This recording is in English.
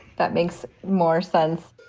that makes more sense